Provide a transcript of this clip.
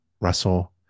russell